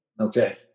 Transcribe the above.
Okay